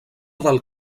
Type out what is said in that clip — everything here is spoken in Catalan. del